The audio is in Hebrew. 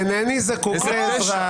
אינני זקוק לעזרה,